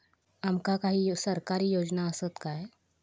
आमका काही सरकारी योजना आसत काय?